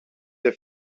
der